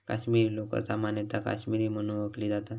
काश्मीरी लोकर सामान्यतः काश्मीरी म्हणून ओळखली जाता